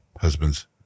husbands